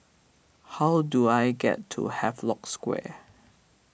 how do I get to Havelock Square